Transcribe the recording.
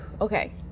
Okay